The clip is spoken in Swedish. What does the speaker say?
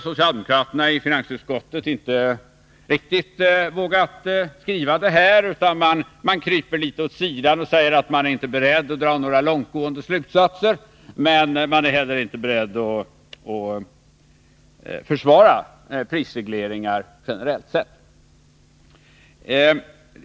Socialdemokraterna i finansutskottet har inte riktigt vågat skriva detta, utan de kryper litet åt sidan och förklarar att de inte är beredda att dra några långtgående slutsatser men de tycks heller inte vara beredda att försvara prisregleringar generellt sett.